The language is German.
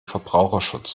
verbraucherschutz